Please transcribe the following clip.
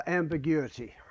ambiguity